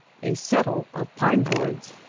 a settle of pine boards,